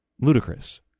ludicrous